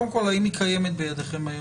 קודם כל, האם היא קיימת בידכם היום?